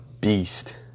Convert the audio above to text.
beast